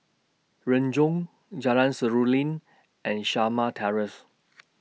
Renjong Jalan Seruling and Shamah Terrace